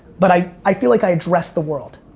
but i i feel like i address the world.